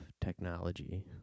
technology